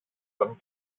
τον